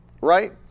right